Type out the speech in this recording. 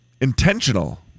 intentional